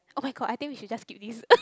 oh-my-god I think we should just skip this